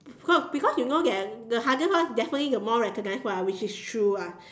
no because you know that the hardest one definitely the more recognized one which is true ah